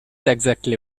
exactly